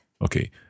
Okay